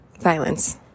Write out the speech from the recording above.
violence